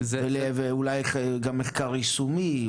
ואולי גם מחקר יישומי,